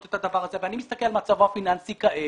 את הדבר הזה ואני מסתכל על מצבו הפיננסי כעת,